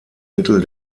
mittel